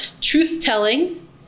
truth-telling